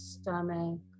Stomach